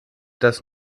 das